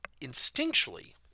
instinctually